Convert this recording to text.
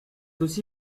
aussi